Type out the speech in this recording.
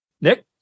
Nick